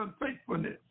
unfaithfulness